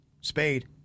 Spade